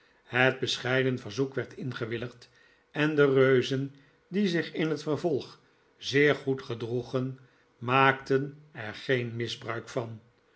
het bescheiden verzoek werd ingewilligd en de reuzen die zich in het vervolg zeer goed gedroegen maakten er geen misbruik van